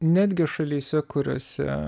netgi šalyse kuriose